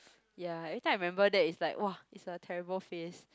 ya every time I remember that is like !wah! it's a terrible phase